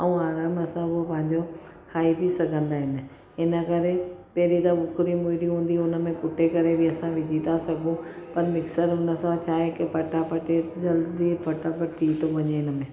ऐं आराम सां उहो पंहिंजो खाई बि सघंदा आहिनि इनकरे पहिरीं त उखिरियूं मुरियूं हुंदियूं हुयूं उनमें कुटे करे बि असां विझी था सघूं पर मिक्सर हुअण सां छाहे की फटाफट जल्दी फटाफट थी थो वञे इन में